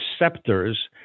receptors